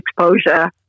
exposure